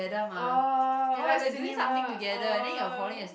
orh what is cinema orh